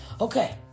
Okay